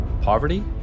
poverty